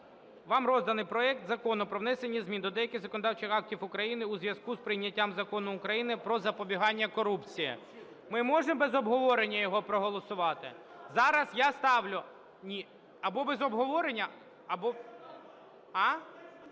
Вам розданий проект Закону про внесення змін до деяких законодавчих актів України у зв'язку з прийняттям Закону України "Про запобігання корупції". Ми можемо без обговорення його проголосувати? Зараз я ставлю... Ні, або без обговорення, або...